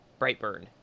Brightburn